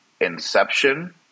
inception